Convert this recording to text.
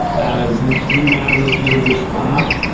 as new mattermost nodes are spun up,